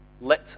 Let